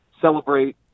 celebrate